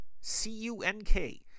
C-U-N-K